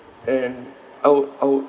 and I would I would